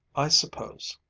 i suppose,